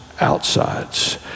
outsides